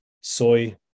soy